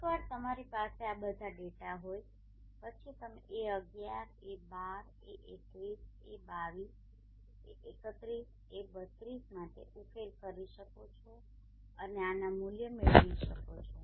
એકવાર તમારી પાસે આ બધા ડેટા હોય પછી તમે a11a12a21a22a31a32 માટે ઉકેલ કરી શકો છો અને આના મૂલ્યો મેળવી શકો છો